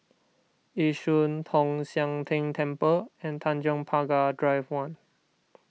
Yishun Tong Sian Tng Temple and Tanjong Pagar Drive one